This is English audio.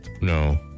No